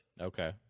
Okay